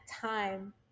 time